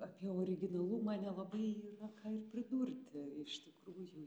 apie originalumą nelabai yra ką ir pridurti iš tikrųjų